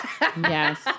yes